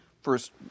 first